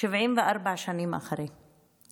74 שנים אחרי,